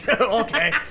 Okay